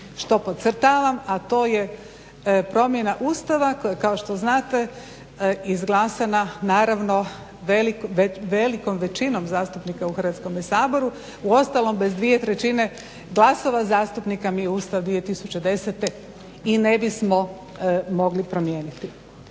što podcrtavam, a to je promjena Ustava kao što znate izglasana naravno velikom većinom zastupnika u Hrvatskom saboru. Uostalom bez 2/3 glasova zastupnika mi Ustav 2010.i ne bismo mogli promijeniti